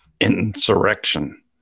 insurrection